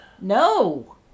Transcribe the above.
No